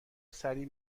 سریع